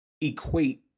equate